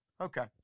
Okay